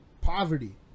Poverty